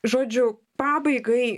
žodžiu pabaigai